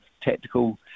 tactical